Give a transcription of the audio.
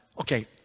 okay